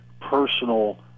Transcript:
personal